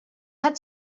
had